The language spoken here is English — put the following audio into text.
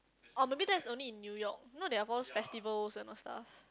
oh maybe that's only in New York you know they have all those festivals and what stuff